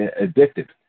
addicted